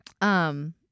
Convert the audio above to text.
Um-